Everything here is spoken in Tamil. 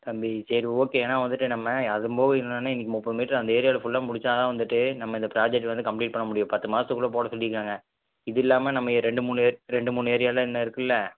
தம்பி சரி ஓகே ஆனால் வந்துவிட்டு நம்ம அதுவும்போக இன்னொன்று இன்னிக்கு முப்பது மீட்டரு அந்த ஏரியாவில ஃபுல்லாக முடிச்சா தான் வந்துவிட்டு நம்ம இந்த ப்ராஜெக்ட் வந்து கம்ப்ளீட் பண்ண முடியும் பத்து மாஸ்த்துக்குள்ளே போட சொல்லிஇருக்காங்க இது இல்லாமல் நம்ம எ ரெண்டு மூணு ஏ ரெண்டு மூணு ஏரியா எல்லாம் இன்னும் இருக்குல்ல